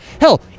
Hell